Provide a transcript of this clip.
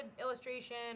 illustration